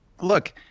look